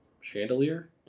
chandelier